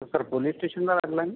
sir police स्टेशनला लागला आहे ना